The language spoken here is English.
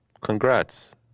Congrats